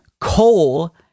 coal